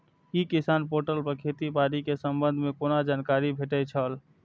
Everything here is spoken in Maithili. ई किसान पोर्टल पर खेती बाड़ी के संबंध में कोना जानकारी भेटय छल?